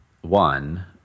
one